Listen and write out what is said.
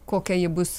kokia ji bus